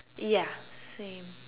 ya same